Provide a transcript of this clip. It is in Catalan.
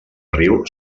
riu